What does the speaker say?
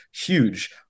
huge